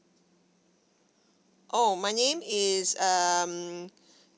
oh my name is um